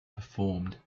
performed